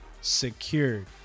secured